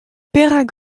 perak